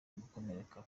gukomereka